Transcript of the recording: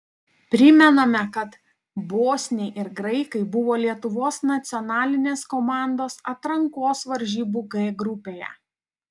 primename kad bosniai ir graikai buvo lietuvos nacionalinės komandos atrankos varžybų g grupėje